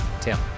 Tim